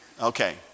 Okay